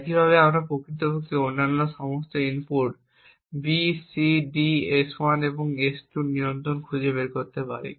একইভাবে আমরা প্রকৃতপক্ষে অন্যান্য সমস্ত input B C D S1 এবং S2 এর নিয়ন্ত্রণ খুঁজে পেতে পারি